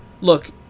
Look